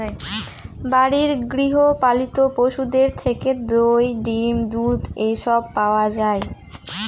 বাড়ির গৃহ পালিত পশুদের থেকে দই, ডিম, দুধ এসব পাওয়া যায়